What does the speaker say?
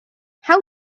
how